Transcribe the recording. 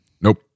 Nope